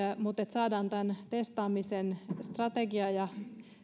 mutta jotta saadaan tämän testaamisen strategia ja